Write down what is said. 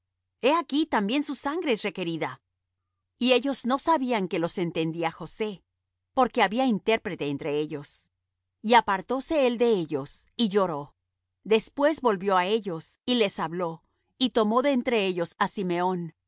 he aquí también su sangre es requerida y ellos no sabían que los entendía josé porque había intérprete entre ellos y apartóse él de ellos y lloró después volvió á ellos y les habló y tomó de entre ellos á simeón